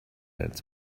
its